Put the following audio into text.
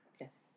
yes